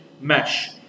mesh